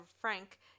Frank